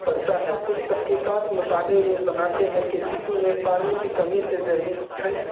پڑتا ہے کچھ تحقیقات مطالعے یہ بناتے ہیں کہ جسم میں پانی کی کمی سے ذہنی ٹھنڈ